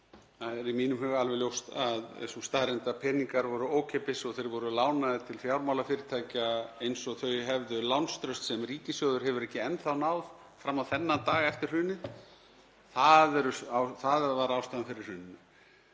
þá er í mínum huga alveg ljóst að sú staðreynd að peningar voru ókeypis og þeir voru lánaðir til fjármálafyrirtækja eins og þau hefðu lánstraust sem ríkissjóður hefur ekki enn þá náð fram á þennan dag eftir hrunið var ástæðan fyrir hruninu;